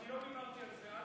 אז אני לא רומז, אני אומר.